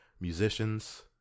musicians